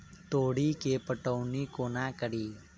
तोरी केँ पटौनी कोना कड़ी?